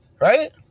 right